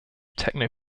techno